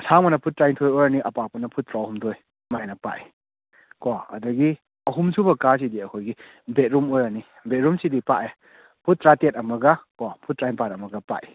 ꯑꯁꯥꯡꯕꯅ foot ꯇꯔꯥꯅꯤꯊꯣꯏ ꯑꯣꯏꯔꯅꯤ ꯑꯄꯥꯛꯄꯅ ꯐꯨꯠ ꯇꯔꯥꯍꯨꯝꯗꯣꯏ ꯁꯨꯃꯥꯏꯅ ꯄꯥꯛꯑꯦ ꯀꯣ ꯑꯗꯒꯤ ꯑꯍꯨꯝꯁꯨꯕ ꯀꯥꯁꯤꯗꯤ ꯑꯩꯈꯣꯏꯒꯤ ꯕꯦꯠꯔꯨꯝ ꯑꯣꯏꯔꯅꯤ ꯕꯦꯠꯔꯨꯝꯁꯤꯗꯤ ꯄꯥꯛꯑꯦ ꯐꯨꯠ ꯇꯔꯥꯇꯔꯦꯠ ꯑꯃꯒ ꯀꯣ ꯐꯨꯠ ꯇꯔꯥꯅꯤꯄꯥꯟ ꯑꯃ ꯄꯥꯛꯑꯦ